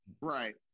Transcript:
Right